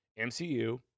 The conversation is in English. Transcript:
MCU